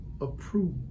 approved